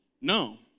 No